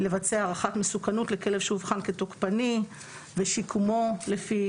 לבצע הערכת מסוכנות לכלב שאובחן כתוקפני ושיקומו לפי